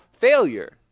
failure